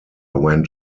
went